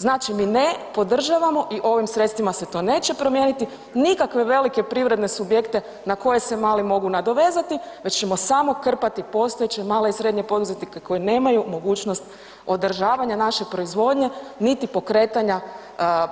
Znači mi ne podržavamo i ovim sredstvima se to neće promijeniti, nikakve velika privredne subjekte na koje se mali mogu nadovezati već ćemo samo krpati postojeće male i srednje poduzetnike koji nemaju mogućnost održavanja naše proizvodnje niti pokretanja